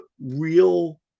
real